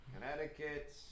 Connecticut